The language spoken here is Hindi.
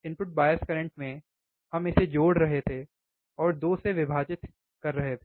इनपुट बायस करंट में हम इसे जोड़ रहे थे और 2 से विभाजित किया था